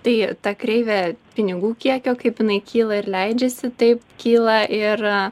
tai ta kreivė pinigų kiekio kaip jinai kyla ir leidžiasi taip kyla ir